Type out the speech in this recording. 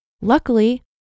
Luckily